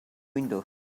window